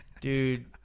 Dude